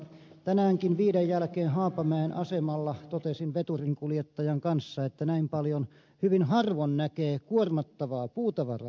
tänäänkin viiden jälkeen haapamäen asemalla totesin veturinkuljettajan kanssa että hyvin harvoin näkee näin paljon kuormattavaa puutavaraa asemalla